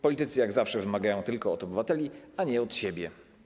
Politycy jak zawsze wymagają tylko od obywateli, a nie od siebie.